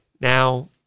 now